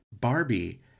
Barbie